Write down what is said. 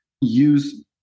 use